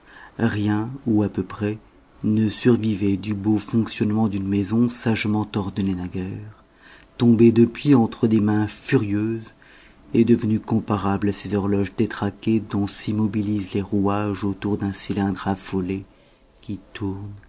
rien ou à peu près ne survivait du beau fonctionnement d'une maison sagement ordonnée naguère tombée depuis entre des mains furieuses et devenue comparable à ces horloges détraquées dont s'immobilisent les rouages autour d'un cylindre affolé qui tourne